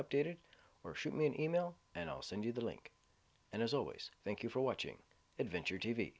updated or shoot me an email and i'll send you the link and as always thank you for watching adventure t